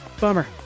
Bummer